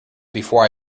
before